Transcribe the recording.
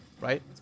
right